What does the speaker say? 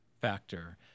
factor